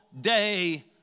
Day